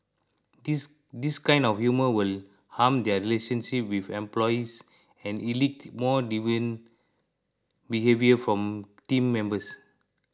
this this kind of humour will harm their relationship with employees and elicit more deviant behaviour from team members